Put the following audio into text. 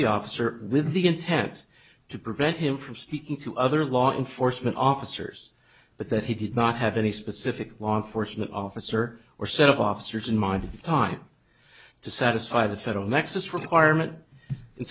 the officer with the intent to prevent him from speaking to other law enforcement officers but that he did not have any specific law enforcement officer or set of officers in mind in time to satisfy the federal nexus requirement